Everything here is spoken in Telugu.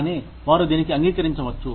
కానీ వారు దీనికి అంగీకరించవచ్చు